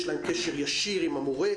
יש להם קשר ישיר עם המורה.